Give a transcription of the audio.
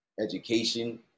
education